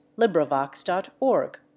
LibriVox.org